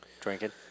Drinking